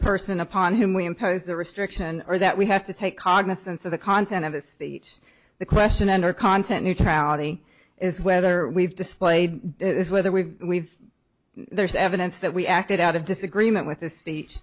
person upon whom we impose the restriction or that we have to take cognisance of the content of the speech the question and our content neutrality is whether we've displayed this whether we there's evidence that we acted out of disagreement with the speech